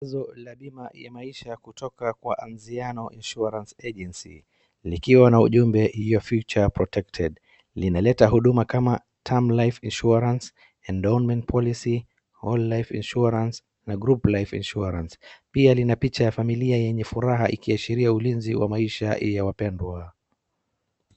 Tuzo la bima ya maisha kutoka kwa anziano insurance agency likiwa na ujumbe your future protected linaleta huduma kama term life insurance , endowment policy , whole life insurance na group life insurance pia lina picha ya familia yenye furaha ikiashiria ulinzi wa maisha ya wapendwa.